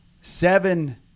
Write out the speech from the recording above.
seven